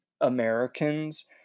Americans